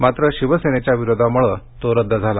मात्र शिवसेनेच्या विरोधामुळे तो रद्द झाला